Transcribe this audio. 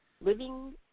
living